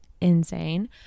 insane